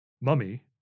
mummy